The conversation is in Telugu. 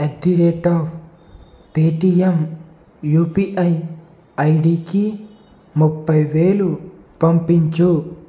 at the rate of Paytm UPI ఐడీకీ ముప్పై వేలు పంపించు